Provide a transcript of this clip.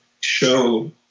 show